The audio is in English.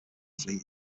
fleet